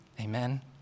Amen